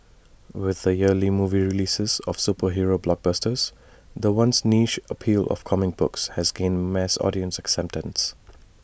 with the yearly movie releases of superhero blockbusters the once niche appeal of comic books has gained mass audience acceptance